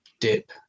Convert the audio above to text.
dip